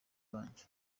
banjye